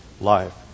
life